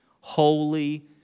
holy